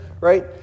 right